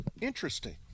Interesting